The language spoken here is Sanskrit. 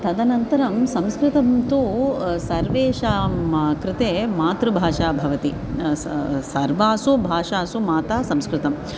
तदनन्तरं संस्कृतं तु सर्वेषां कृते मातृभाषा भवति स सर्वासु भाषासु माता संस्कृतम्